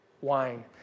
wine